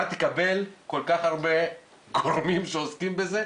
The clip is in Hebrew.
אתה תקבל כל כך הרבה גורמים שעוסקים בזה,